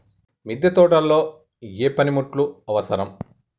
మిద్దె తోటలో ఏ పనిముట్లు అవసరం?